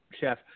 chef